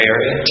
Area